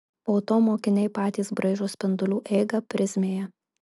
po to mokiniai patys braižo spindulių eigą prizmėje